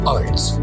arts